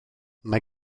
mae